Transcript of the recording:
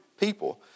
people